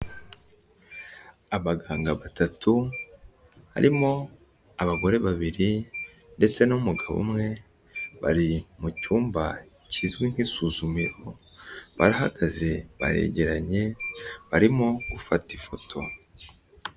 Abaganga batatu harimo abagore babiri ndetse n'umugabo umwe, bari mu cyumba kizwi nk'isuzumiro, barahagaze baregeranye barimo gufata ifoto.